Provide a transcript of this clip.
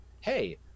hey